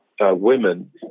women